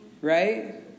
Right